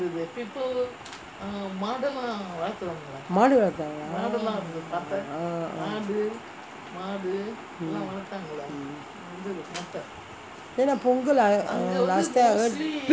மாடு வளர்த்தாங்களா:maadu valarthangalaa punggol last time I heard